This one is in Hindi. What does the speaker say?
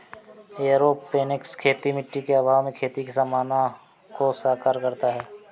एयरोपोनिक्स खेती मिट्टी के अभाव में खेती की संभावना को साकार करता है